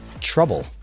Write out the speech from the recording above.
trouble